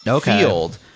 field